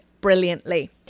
brilliantly